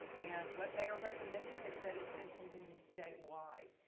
and, what they are recommending is that it's implemented statewide.